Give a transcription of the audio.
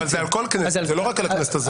זה על כל כנסת, לא רק על הכנסת הזאת.